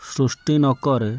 ସୃଷ୍ଟି ନକରେ